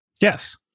Yes